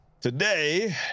Today